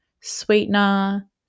Sweetener